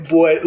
Boy